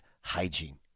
hygiene